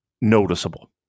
noticeable